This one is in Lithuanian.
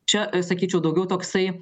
čia sakyčiau daugiau toksai